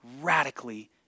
radically